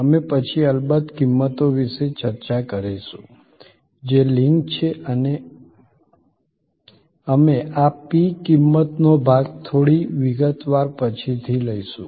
અમે પછી અલબત્ત કિંમતો વિશે ચર્ચા કરીશું જે લિંક છે અને અમે આ p કિંમતનો ભાગ થોડી વિગતવાર પછીથી લઈશું